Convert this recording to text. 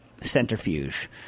centrifuge –